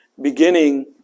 Beginning